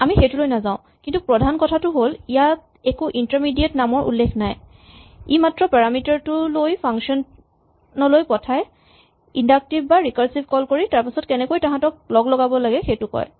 আমি সেইটোলৈ নাযাও কিন্তু প্ৰধান কথাটো হ'ল ইয়াত একো ইন্টাৰমিডিয়েট নামৰ উল্লেখ নাই ই মাত্ৰ পাৰামিটাৰ টো টো লৈ ফাংচন লৈ পঠাই ইন্ডাক্টিভ বা ৰিকাৰছিভ কল কৰি তাৰপাছত কেনেকৈ তাঁহাতক লগলগাব লাগে সেইটো কয়